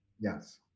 yes